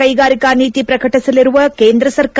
ಕ್ಷೆಗಾರಿಕಾ ನೀತಿ ಪ್ರಕಟಿಸಲಿರುವ ಕೇಂದ್ರ ಸರ್ಕಾರ